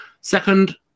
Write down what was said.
second